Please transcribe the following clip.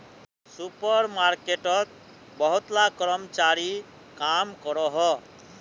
super मार्केटोत बहुत ला कर्मचारी काम करोहो